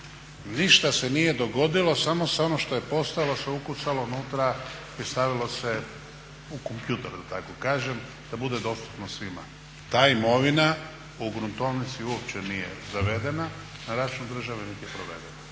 Ništa se nije dogodilo, samo se ono što je postojalo se ukucalo unutra i stavilo se u kompjuter da tako kažem da bude dostupno svima. Ta imovina u gruntovnici uopće nije zavedena na račun državne niti je provedena.